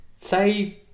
Say